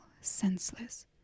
senseless